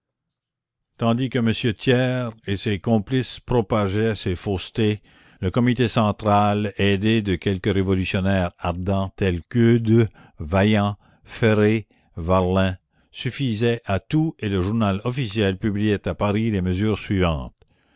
tandis que m thiers et ses complices propageaient ces faussetés le comité central aidé de quelques révolutionnaires ardents tels qu'eudes vaillant ferré varlin suffisait à tout et le journal officiel publiait à paris les mesures suivantes